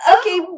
Okay